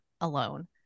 alone